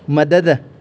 मदद